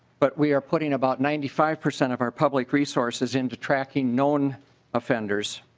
but we are putting about ninety five percent of our public resources into tracking known offenders